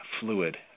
fluid